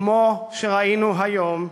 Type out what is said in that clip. כמו שראינו היום,